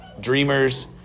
dreamers